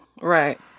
Right